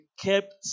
kept